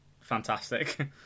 fantastic